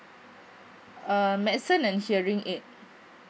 uh medicine and hearing aid